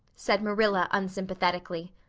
said marilla unsympathetically.